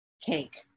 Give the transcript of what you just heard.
Cake